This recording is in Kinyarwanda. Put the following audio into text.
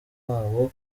wabo